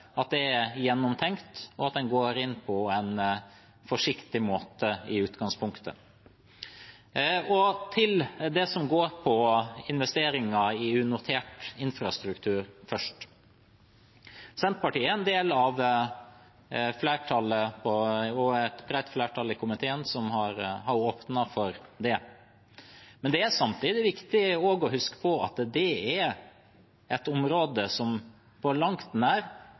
går inn på en forsiktig måte. Til det som går på investeringer i unotert infrastruktur: Senterpartiet er en del av et bredt flertall i komiteen som har åpnet for det. Men det er samtidig viktig også å huske på at det er et område som på langt nær